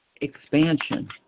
expansion